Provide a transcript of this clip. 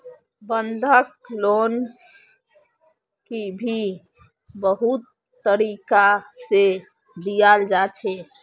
बंधक लोन भी बहुत तरीका से दियाल जा छे